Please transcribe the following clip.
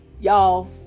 Y'all